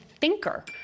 thinker